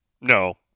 No